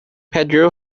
pedro